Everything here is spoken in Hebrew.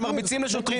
שמרביצים לשוטרים,